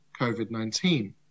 COVID-19